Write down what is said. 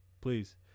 Please